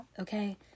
okay